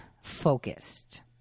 focused